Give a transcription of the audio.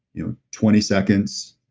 you know twenty seconds,